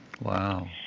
Wow